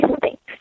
Thanks